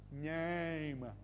name